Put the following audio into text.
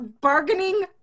bargaining